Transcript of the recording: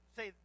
Say